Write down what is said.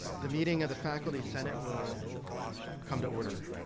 the meeting of the faculty senate will come to order.